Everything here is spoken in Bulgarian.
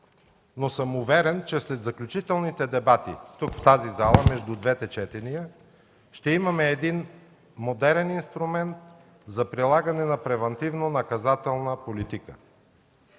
но съм уверен, че след заключителните дебати тук, в тази зала, между двете четения ще имаме един модерен инструмент за прилагане на превантивно-наказателна политика.